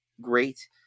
great